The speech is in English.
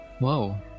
Whoa